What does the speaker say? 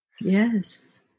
Yes